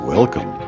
Welcome